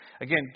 Again